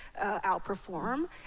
outperform